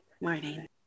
morning